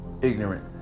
ignorant